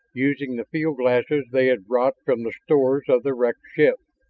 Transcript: using the field glasses they had brought from the stores of the wrecked ship.